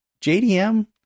JDM